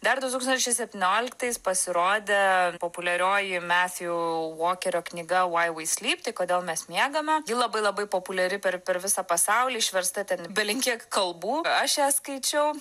dar du tūkstančiai septynioliktais pasirodė populiarioji matthew vokerio knyga why we sleep tai kodėl mes miegame ji labai labai populiari per per visą pasaulį išversta ten į bele kiek kalbų aš ją skaičiau